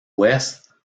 ouest